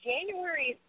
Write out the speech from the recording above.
January